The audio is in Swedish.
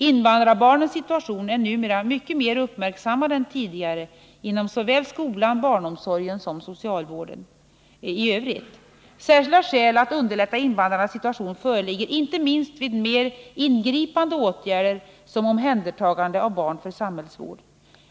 Invandrarbarnens situation är numera mycket mer uppmärksammad än tidigare inte bara inom skolan utan också inom barnomsorgen och socialvården i övrigt. Särskilda skäl att underlätta invandrarnas situation föreligger inte minst vid mer ingripande åtgärder, som omhändertagande av barn för samhällsvård.